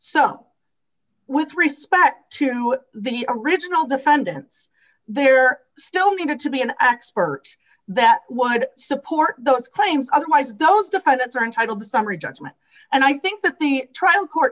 so with respect to the original defendants there still may good to be an expert that would support those claims otherwise those defendants are entitled to summary judgment and i think that the trial court